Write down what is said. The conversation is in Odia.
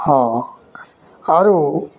ହଁ ଆରୁ